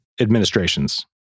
administrations